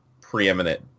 preeminent